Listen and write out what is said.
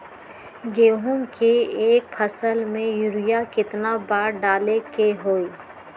गेंहू के एक फसल में यूरिया केतना बार डाले के होई?